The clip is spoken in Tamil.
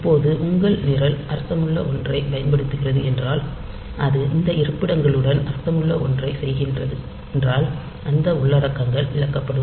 இப்போது உங்கள் நிரல் அர்த்தமுள்ள ஒன்றைப் பயன்படுத்துகிறது என்றால் அது இந்த இருப்பிடங்களுடன் அர்த்தமுள்ள ஒன்றைச் செய்கிறதென்றால் அந்த உள்ளடக்கங்கள் இழக்கப்படும்